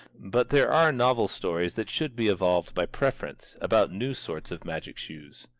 but there are novel stories that should be evolved by preference, about new sorts of magic shoes.